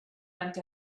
went